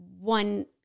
one